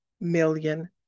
million